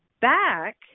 back